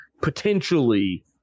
potentially